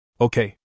Okay